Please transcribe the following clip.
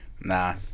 Nah